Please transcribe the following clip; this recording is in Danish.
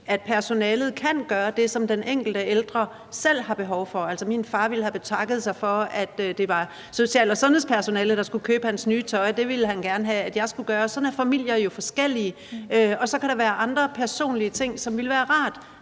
at personalet kan gøre det, som den enkelte ældre selv har behov for? Altså, min far ville have betakket sig for, at det var social- og sundhedspersonalet, der skulle købe hans nye tøj. Det ville han gerne have at jeg skulle gøre. Sådan er familier jo forskellige. Og så kan der være andre personlige ting, som ville være rart